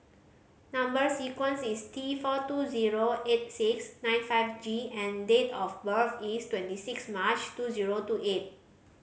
number sequence is T four two zero eight six nine five G and date of birth is twenty six March two zero two eight